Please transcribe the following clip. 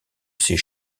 ces